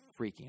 freaking